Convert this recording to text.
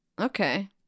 Okay